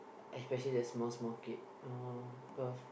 especially the small small kids orh because